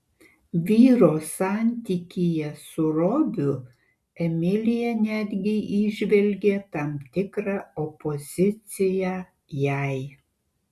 vyro santykyje su robiu emilija netgi įžvelgė tam tikrą opoziciją jai